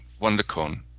WonderCon